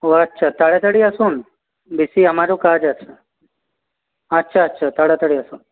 ও আচ্ছা তাড়াতাড়ি আসুন বেশি আমারও কাজ আছে আচ্ছা আচ্ছা তাড়াতাড়ি আসুন